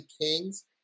Kings